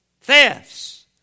thefts